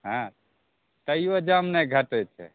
हँ तैयो जाम नहि घटै छै